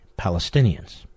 Palestinians